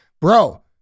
bro